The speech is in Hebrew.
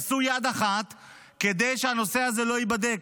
עשו יד אחת כדי שהנושא הזה לא ייבדק.